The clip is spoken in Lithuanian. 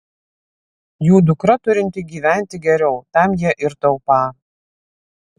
jų dukra turinti gyventi geriau tam jie ir taupą